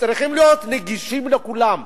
צריכים להיות נגישים לכולם.